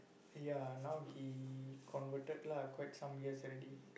ya now he converted lah quite some years already